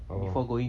oh